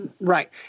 Right